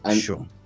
Sure